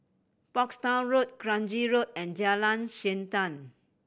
Portsdown Road Kranji Road and Jalan Siantan